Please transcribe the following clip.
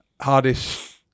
Hardest